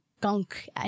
gunk